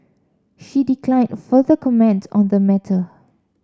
she declined further comments on the matter